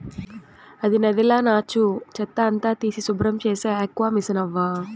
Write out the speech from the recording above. అది నదిల నాచు, చెత్త అంతా తీసి శుభ్రం చేసే ఆక్వామిసనవ్వా